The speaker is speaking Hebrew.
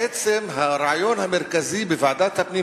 בעצם הרעיון המרכזי בוועדת הפנים,